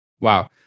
Wow